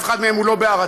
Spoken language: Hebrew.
אף אחד מהם הוא לא בהרצה,